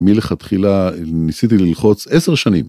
מלכתחילה ניסיתי ללחוץ 10 שנים.